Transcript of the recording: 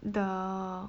the